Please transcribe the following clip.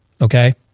okay